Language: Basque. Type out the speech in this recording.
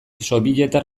sobietar